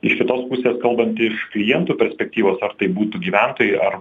iš kitos pusės kalbant iš kliento perspektyvos ar tai būtų gyventojai ar